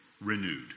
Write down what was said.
renewed